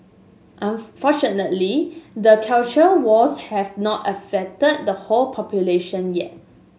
unfortunately the culture wars have not infected the whole population yet